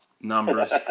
numbers